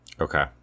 Okay